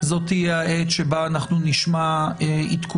זאת תהיה העת שבה אנחנו נשמע עדכונים